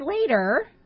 later